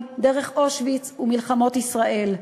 מצרים, דרך אושוויץ ומלחמות ישראל.